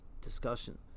discussion